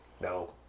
No